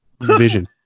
vision